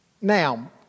Now